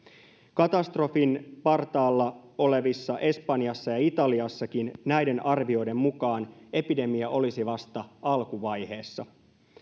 katastrofin partaalla olevissa espanjassa ja ja italiassakin näiden arvioiden mukaan epidemia olisi vasta alkuvaiheessa